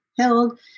Held